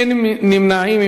אין נמנעים.